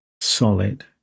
solid